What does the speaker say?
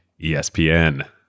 espn